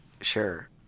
Sure